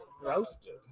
Roasted